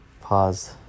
pause